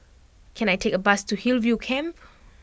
can I take a bus to Hillview Camp